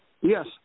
Yes